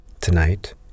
Tonight